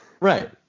Right